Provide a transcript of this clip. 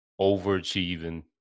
overachieving